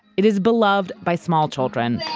it is beloved by small children